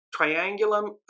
Triangulum